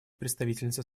представительница